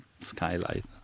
skylight